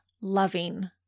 loving